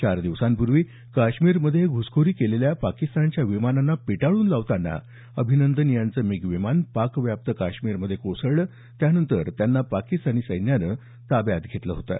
चार दिवसांपूर्वी काश्मीरमध्ये घुसखोरी केलेल्या पाकिस्तानच्या विमानांना पिटाळून लावताना अभिनंदन यांचं मिग विमान पाकव्याप्त काश्मीरमध्ये कोसळलं त्यानंतर त्यांना पाकिस्तानी सैन्यानं ताब्यात घेतलं होतं